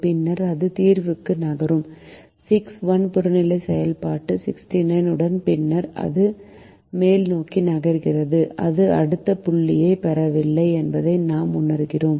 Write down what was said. பின்னர் அது தீர்வுக்கு நகரும் 6 1 புறநிலை செயல்பாடு 69 உடன் பின்னர் அது மேல்நோக்கி நகர்கிறது அது அடுத்த புள்ளியைப் பெறவில்லை என்பதை நாம் உணர்கிறோம்